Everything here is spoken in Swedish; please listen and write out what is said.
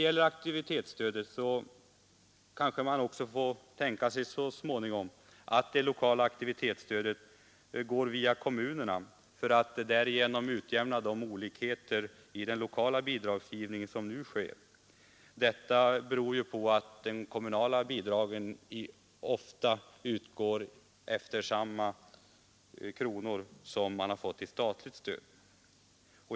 Man får kanske också tänka sig att det lokala aktivitetsstödet så småningom kommer att gå via kommunerna för att därigenom utjämna de olikheter i den lokala bidragsgivningen som nu förekommer beroende på att de kommunala bidragen ofta utgår med samma antal kronor som organisationen har fått i statligt stöd.